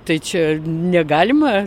tai čia negalima